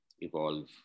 evolve